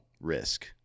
risk